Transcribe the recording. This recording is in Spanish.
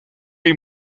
hay